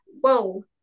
Whoa